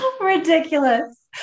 ridiculous